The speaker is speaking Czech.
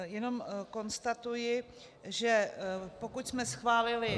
Jenom konstatuji, že pokud jsme schválili...